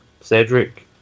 Cedric